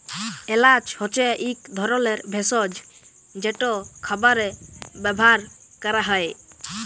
এল্যাচ হছে ইক ধরলের ভেসজ যেট খাবারে ব্যাভার ক্যরা হ্যয়